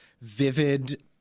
vivid